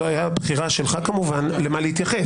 זו הייתה בחירה שלך כמובן למה להתייחס.